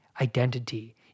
identity